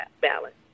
balance